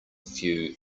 few